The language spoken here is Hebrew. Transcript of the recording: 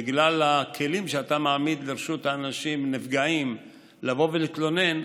בגלל הכלים שאתה מעמיד לרשות האנשים הנפגעים לבוא ולהתלונן,